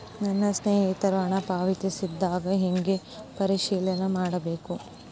ನನ್ನ ಸ್ನೇಹಿತರು ಹಣ ಪಾವತಿಸಿದಾಗ ಹೆಂಗ ಪರಿಶೇಲನೆ ಮಾಡಬೇಕು?